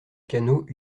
canot